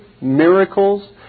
miracles